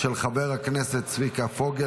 של חבר הכנסת צביקה פוגל.